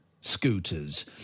scooters